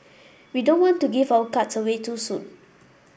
we don't want to give our cards away too soon